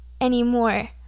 anymore